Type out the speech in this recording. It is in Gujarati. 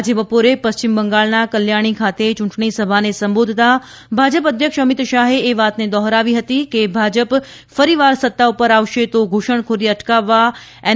આજે બપોરે પશ્ચિમ બંગાળના કલ્યાણી ખાતે યૂંટણી સભાને સંબોધતા ભાજપ અધ્યક્ષ અમીત શાહે એ વાતને દોહરાવી હતી કે ભાજપ ફરીવાર સત્તા પર આવશે તો ધૂષણખોરી અટકાવવા એન